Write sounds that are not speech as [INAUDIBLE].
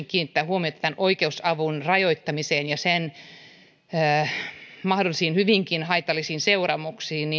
[UNINTELLIGIBLE] kiinnittää huomiota oikeusavun rajoittamiseen ja sen mahdollisiin hyvinkin haitallisiin seuraamuksiin [UNINTELLIGIBLE]